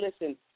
listen